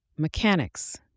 Mechanics